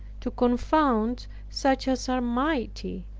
to confound such as are mighty.